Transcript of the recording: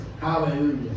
Hallelujah